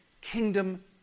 kingdom